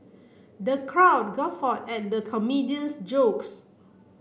the crowd guffawed at the comedian's jokes